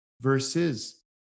versus